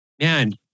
Man